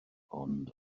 ond